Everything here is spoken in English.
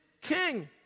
king